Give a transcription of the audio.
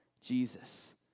Jesus